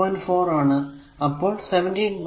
4 ആണ് അപ്പോൾ 17